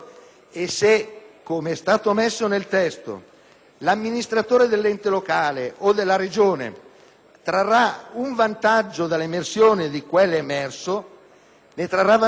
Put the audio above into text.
l'amministratore dell'ente locale o della Regione trarrà un vantaggio dall'emersione, di conseguenza ne trarrà vantaggio anche lo Stato. Credo molto in questo.